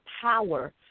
power